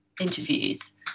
interviews